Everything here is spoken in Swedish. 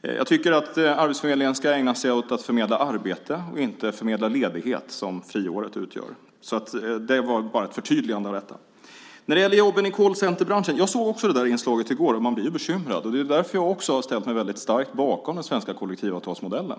Jag tycker att arbetsförmedlingen ska ägna sig åt att förmedla arbete och inte förmedla ledighet, som friåret utgör. Det var bara ett förtydligande. Jag såg också inslaget om jobben i callcenterbranschen, och man blir ju bekymrad. Det är därför som jag också har ställt mig väldigt starkt bakom den svenska kollektivavtalsmodellen.